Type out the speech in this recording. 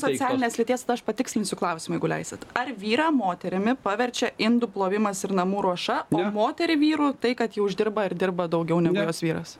socialinės lyties tai aš patikslinsiu klausimą jeigu leisit ar vyrą moterimi paverčia indų plovimas ir namų ruoša o moterį vyru tai kad ji uždirba ir dirba daugiau nei jos vyras